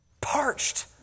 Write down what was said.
parched